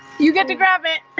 you get to grab it